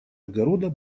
огорода